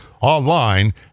online